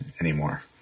anymore